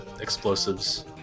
explosives